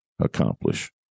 accomplish